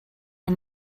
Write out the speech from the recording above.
and